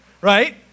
right